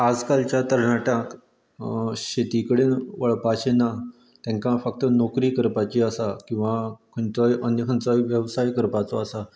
आजकालच्या तरणाट्यांक शेती कडेन वळपाचें ना तेंका फक्त नोकरी करपाची आसा किंवां खंयचोय अन्य खंयचोय वेवसाय करपाचो आसा